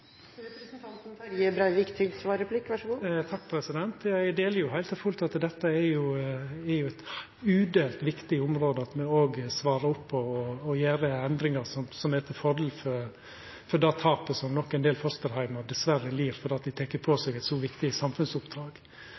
representanten Breivik at det også er en kostnad som vi kanskje skulle prioritere først? Det er i hvert fall en bakgrunn for at vi tenker sånn. Eg er heilt og fullt einig i at dette er eit udelt viktig område, og at me svarar på dette og gjer endringar som er til fordel for det tapet som nok ein del fosterheimar dessverre lir for at dei tek på seg eit så viktig